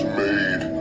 made